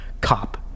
cop